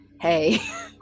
hey